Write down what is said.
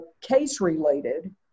case-related